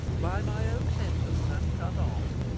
by my own sentence am cut off,